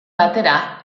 batera